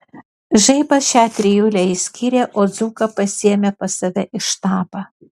žaibas šią trijulę išskyrė o dzūką pasiėmė pas save į štabą